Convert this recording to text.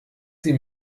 sie